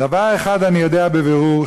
דבר אחד אני יודע בבירור,